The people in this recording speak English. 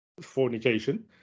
fornication